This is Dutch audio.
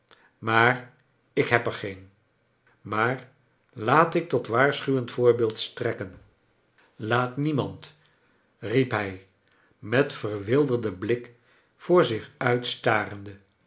maar ik heb er geen maar laat ik tot waar j schuwend voorbeeld strekken laat niemand riep hij met ver wilder don blik voor zich uit starende